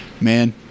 man